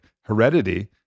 heredity